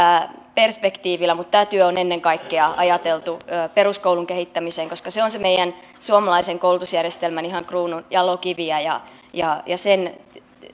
perspektiivillä mutta tämä työ on ennen kaikkea ajateltu peruskoulun kehittämiseen koska se on ihan meidän suomalaisen koulutusjärjestelmän kruununjalokiviä ja ja sen